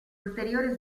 ulteriore